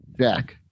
Jack